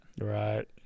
Right